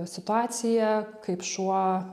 situacija kaip šuo